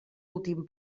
últim